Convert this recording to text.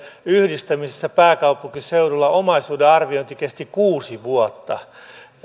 yhdistämisessä pääkaupunkiseudulla omaisuuden arviointi kesti kuusi vuotta